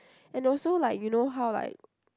and also like you know how like